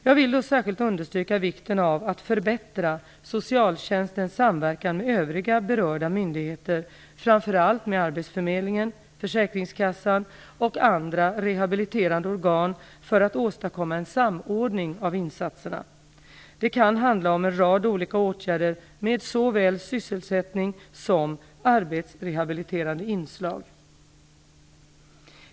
Jag vill då särskilt understryka vikten av att förbättra socialtjänstens samverkan med övriga berörda myndigheter, framför allt med arbetsförmedlingen, försäkringskassan och andra rehabiliterande organ för att åstadkomma en samordning av insatserna. Det kan handla om en rad olika åtgärder med såväl sysselsättning som arbetsrehabiliterande inslag.